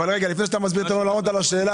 אבל רגע לפני שאתה מסביר תענה לנו עוד על השאלה.